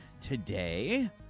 today